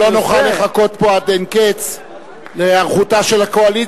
אנחנו לא נוכל לחכות פה עד אין קץ להיערכותה של הקואליציה.